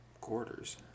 Quarters